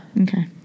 Okay